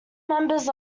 members